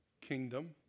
kingdom